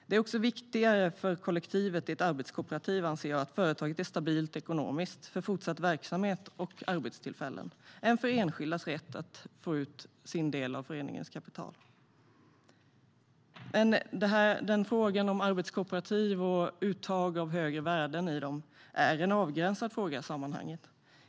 Det är också viktigare för kollektivet i ett arbetskooperativ att företaget är stabilt ekonomiskt för fortsatt verksamhet och arbetstillfällen än att enskilda har rätt att få ut sin del av föreningens kapital. Frågan om arbetskooperativ och uttag av högre värden är en avgränsad fråga i sammanhanget.